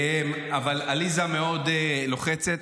אבל עליזה מאוד לוחצת.